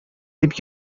дип